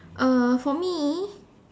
uh for me